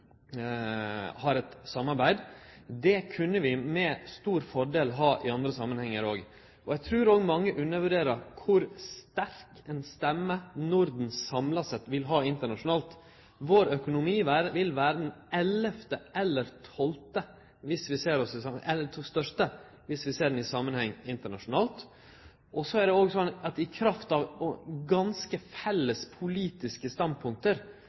har eit visst samarbeid når det gjeld dette, f.eks. innanfor IMF og Verdsbanken, saman med dei baltiske landa. Det kunne vi med stor fordel ha i andre samanhengar òg. Eg trur òg mange undervurderer kor sterk ei stemme Norden samla sett vil ha internasjonalt. Vår økonomi vil vere den ellevte eller tolvte største dersom vi ser han i samanheng internasjonalt, og i kraft av ganske felles politiske standpunkt